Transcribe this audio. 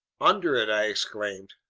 under it! i exclaimed.